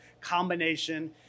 combination